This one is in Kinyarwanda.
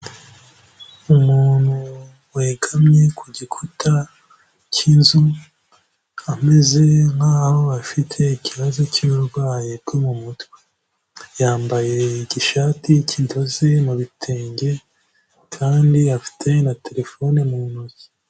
Umuntu wegamye ku gikuta k'inzu, ameze nkaho afite ikibazo cy'uburwayi bwo mu mutwe, yambaye igishati kidoze mu bitenge kandi afite na telefone mu ntoki.